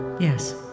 yes